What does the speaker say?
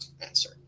answer